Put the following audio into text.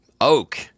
Oak